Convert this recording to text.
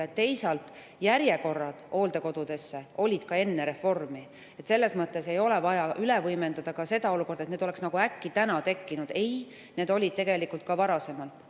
Teisalt, järjekorrad hooldekodudesse olid ka enne reformi, selles mõttes ei ole vaja üle võimendada seda olukorda, nagu need oleks äkki tekkinud. Ei, need olid ka varasemalt.